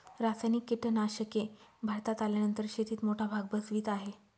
रासायनिक कीटनाशके भारतात आल्यानंतर शेतीत मोठा भाग भजवीत आहे